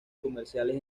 comerciales